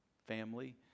family